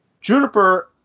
Juniper